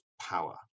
power